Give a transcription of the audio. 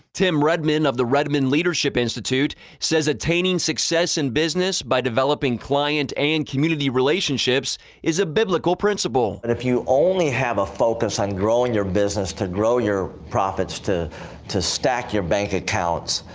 tim redmond of the redmond leadership institute says attaining success in business by developing client and community relationships is a biblical principle. and if you only have a focus on growing your business, to grow your profits, to to stack your bank accounts,